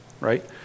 right